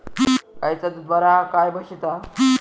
गायचा दूध बरा काय म्हशीचा?